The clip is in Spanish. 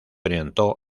orientó